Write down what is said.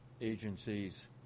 agencies